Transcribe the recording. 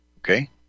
Okay